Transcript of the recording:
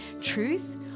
truth